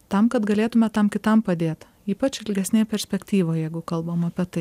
tam kad galėtume tam kitam padėt ypač ilgesnėj perspektyvoj jeigu kalbam apie tai